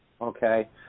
okay